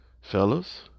fellas